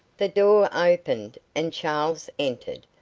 the door opened, and charles entered,